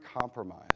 compromise